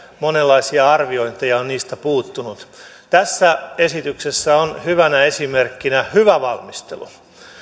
monenlaisia arviointeja on niistä puuttunut tässä esityksessä on hyvänä esimerkkinä hyvä valmistelu